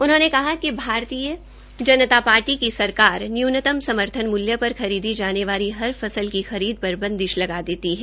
उन्होंने कहा कि भारतीय जनता पार्टी की सरकार न्यूनतम समर्थन मूल्य पर खरीदी जाने वाली हर फस्ल की खरीद पर बंदिश लगा देती है